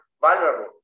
vulnerable